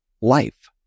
life